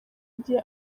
igihe